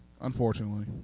unfortunately